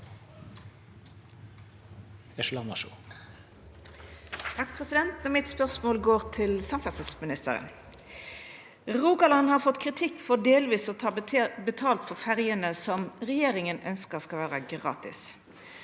(H) Mitt spørsmål går til samferdselsministeren. Rogaland har fått kritikk for delvis å ta betalt for ferjene som regjeringa ønskjer skal vera gratis.